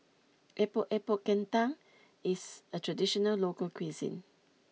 Epok Epok Kentang is a traditional local cuisine